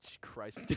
Christ